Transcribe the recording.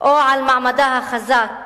או על מעמדה החזק